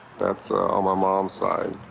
that's on my mom's side.